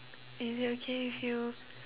is it okay if you